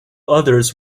others